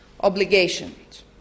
obligations